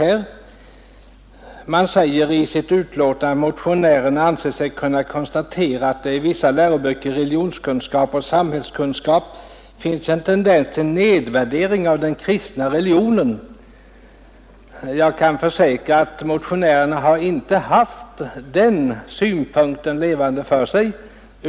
Utskottet säger i sitt betänkande följande: ”Motionärerna anser sig kunna konstatera att det i vissa läroböcker i religionskunskap och samhällskunskap finns en tendens till nedvärdering av bl.a. den kristna religionen.” Jag kan försäkra att motionärerna inte haft den synpunkten levande för sig.